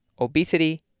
obesity